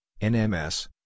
NMS